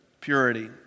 purity